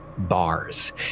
bars